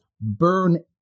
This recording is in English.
burn